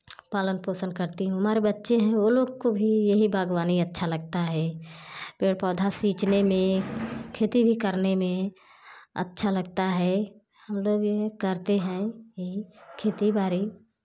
पालन पोषण करती हूँ हमारे बच्चे है वो लोग को भी यही बागवानी अच्छा लगता है पेड़ पौधा सींचने में खेती भी करने में अच्छा लगता है हम लोग करते हैं यही खेती बाड़ी